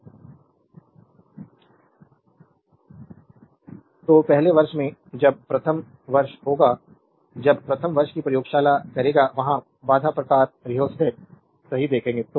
slide time देखें 0641 Refer Slide Time 0707 तो पहले वर्ष में जब प्रथम वर्ष होगा जब प्रथम वर्ष की प्रयोगशाला करेगा वहाँ बाधा प्रकार rheostat सही देखेंगे